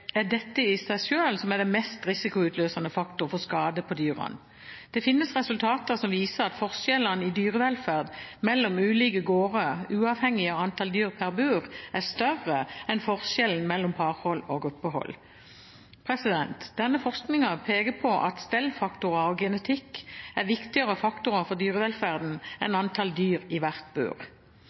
er dette i seg selv som er den mest risikoutløsende faktor for skade på dyrene. Det finnes resultater som viser at forskjellen i dyrevelferd mellom ulike gårder, uavhengig av antall dyr per bur, er større enn forskjellen mellom parhold og gruppehold. Denne forskningen peker på at stellfaktorer og genetikk er viktigere faktorer for dyrevelferden enn antall dyr i hvert bur.